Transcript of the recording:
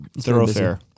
thoroughfare